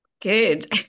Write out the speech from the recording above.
good